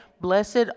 Blessed